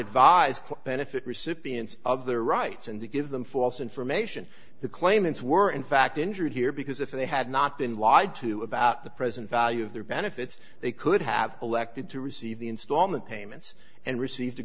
advise benefit recipients of their rights and to give them false information the claimants were in fact injured here because if they had not been lied to about the present value of their benefits they could have elected to receive the installment payments and received a